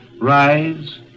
Rise